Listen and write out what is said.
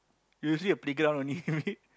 usually a playground only